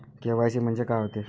KYC म्हंनजे का होते?